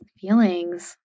feelings